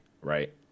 right